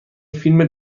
فیلم